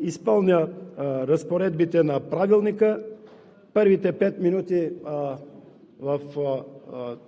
изпълня разпоредбите на Правилника. Първите пет минути от